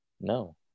no